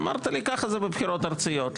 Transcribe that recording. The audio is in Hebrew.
אמרת לי ככה זה בבחירות ארציות,